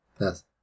Yes